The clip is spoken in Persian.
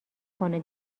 کنه